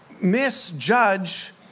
misjudge